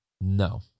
No